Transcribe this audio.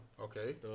Okay